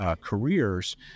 careers